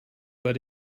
but